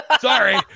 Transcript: Sorry